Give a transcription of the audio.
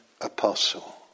Apostle